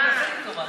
טוב, תעשה לי טובה.